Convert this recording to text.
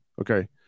okay